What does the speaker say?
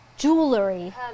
Jewelry